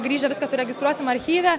grįžę viską suregistruosim archyve